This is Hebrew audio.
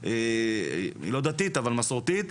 לא דתית אבל מסורתית.